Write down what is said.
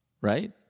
Right